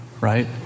right